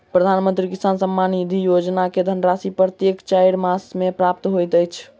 प्रधानमंत्री किसान सम्मान निधि योजना के धनराशि प्रत्येक चाइर मास मे प्राप्त होइत अछि